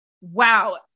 wow